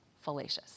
fallacious